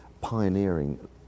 pioneering